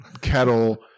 kettle